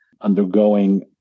undergoing